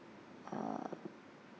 um